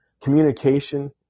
communication